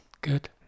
good